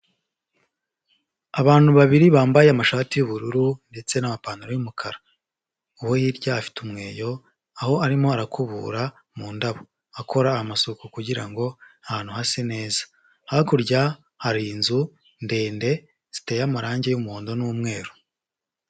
Abantu babiri bambaye amashati y'ubururu ndetse n'amapantaro y'umukara, uwo hirya afite umweyo aho arimo arakubura mu ndabo akora amasuka kugira ngo ahantu hase neza, hakurya hari inzu ndende ziteye amarange y'umuhondo n'umweru.